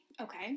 Okay